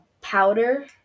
powder